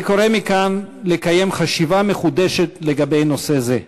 אני קורא מכאן לחשיבה מחודשת בנושא זה.